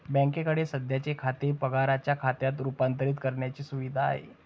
बँकेकडे सध्याचे खाते पगाराच्या खात्यात रूपांतरित करण्याची सुविधा आहे